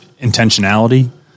intentionality